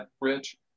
rich